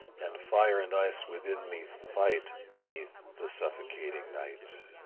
and fire and ice within me fight beneath the suffocating night.